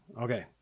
Okay